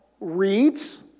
reads